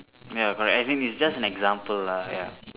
ya correct as in its just an example lah ya